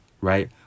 right